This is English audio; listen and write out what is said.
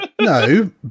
no